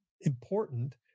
important